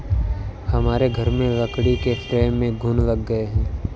हमारे घर में लकड़ी के फ्रेम में घुन लग गए हैं